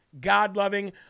God-loving